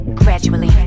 gradually